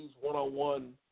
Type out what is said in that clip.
one-on-one